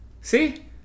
See